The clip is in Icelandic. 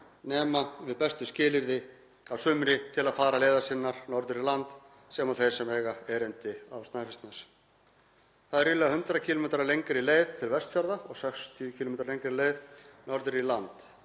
nema við bestu skilyrði að sumri til að fara leiðar sinnar norður í land, sem og þeir sem eiga erindi á Snæfellsnes. Það er um 100 km lengri leið til Vestfjarða og 60 km lengri leið norður í land